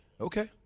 Okay